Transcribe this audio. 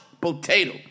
potato